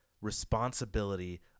responsibility